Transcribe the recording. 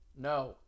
No